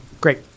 Great